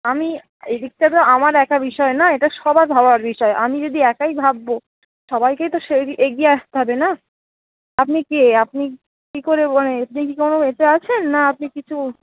আমি এই দিকটা তো আমার একা বিষয় নয় এটা সবার ভাবার বিষয় আমি যদি একাই ভাববো সবাইকেই তো সেই এগিয়ে আসতে হবে না আপনি কে আপনি কী করে মানে আপনি কি কোনও এতে আছেন না আপনি কিছু